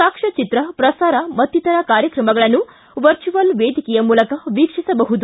ಸಾಕ್ಷ್ಮಚಿತ್ರ ಪ್ರಸಾರ ಮತ್ತಿತರ ಕಾರ್ಯಕ್ರಮಗಳನ್ನು ವರ್ಚುವಲ್ ವೇದಿಕೆಯ ಮೂಲಕ ವೀಕ್ಷಿಸಬಹುದಾಗಿದೆ